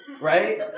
Right